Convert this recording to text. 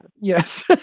Yes